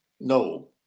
no